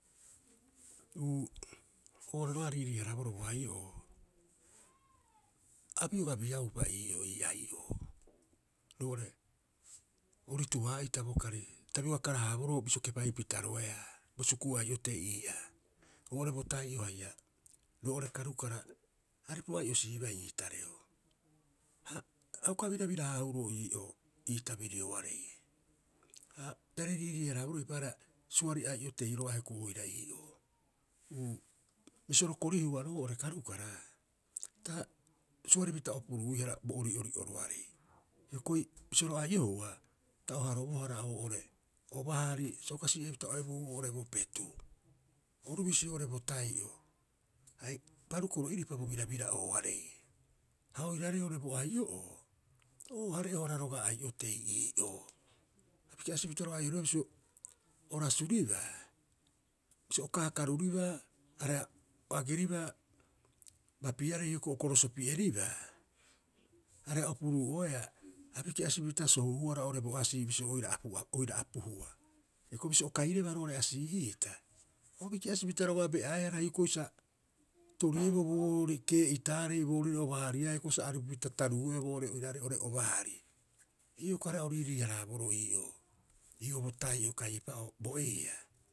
Uu, oo'ore roga'a aririi- haraaboroo bo ai'o'oo, a bioga biaupa ii'oo ii ai'oo. Roo'ore oritu- haa'ita bokari ta bioga kara- haaboroo bisio kepaipitaroea. Bo suku'u ai'otei ii'aa, oo'ore bo tai'o haia roo'ore karukara, aripu ai'osiibai ii tareo. Ha a uka birabira- haahuroo ii'oo ii tabirioarei. Ha tare riirii- haraaboroo eipaareha suari ai'otei roga'a hioko'i oira ii'oo. Bisio ro korihua roo'ore karukara ta suaripita opuruuihara bo ori'ori'oroarei. Hioko'i bisio ro ai'ohua ta o harobohara oo'ore obahari sa uka sii'eipita o ebuhuu oo'ore bo petuu. Oru bisi oo'ore bo tai'o, ai, parukoro'iripa oo'ore bo birabira'ooarei. Ha ooiraarei oo'oore bo ai'o'oo, oo hare'ohara roga'a ai'otei ii'oo. A biki'asipita roga'a ai'oribohara bisio o rasuribaa, bisio o kaakaruribaa areha o ageribaa bapiarei hioko'i o korosopieribaa areha opuruu'oeaa, a biki'asipita sohuhuara oo'ore bo asii bisio oira apu oira apuhua. Hioko'i bisio oira kairebaa roo'ore asii'iita, o a biki'asipita roga'a be'aehara hioko'i sa torieboo boori kee'itaarei boorire obahariaae hioko'i sa aripupita taruu'e'oe boo'ore oiraarei oo'ore obahari. Ii'oo hioko'i iaareha oira riirii- haraaboroo ii'oo bo tai'o kai eipa'oo bo heiha.